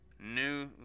new